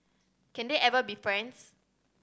can they ever be friends